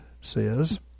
says